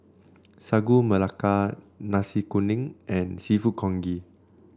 Sagu Melaka Nasi Kuning and seafood Congee